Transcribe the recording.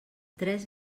tres